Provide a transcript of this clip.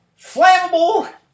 Flammable